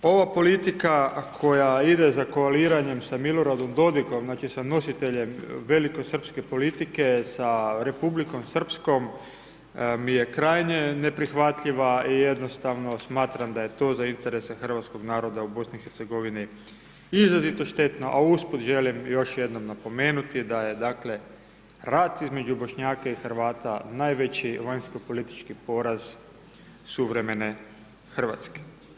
Ova politika koja ide za koaliranjem sa Miloradom Dodikom, znači sa nositeljem velikosrpske politike sa Republikom Srpskom, mi je krajnje neprihvatljiva i jednostavno smatram da je to za interese hrvatskog naroda u BiH izrazito štetno, a usput želim još jednom napomenuti, da je rat između Bošnjaka i Hrvata najveći vanjskopolitički poraz suvremene Hrvatske.